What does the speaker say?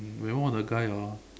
when one of the guy orh